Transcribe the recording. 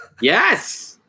Yes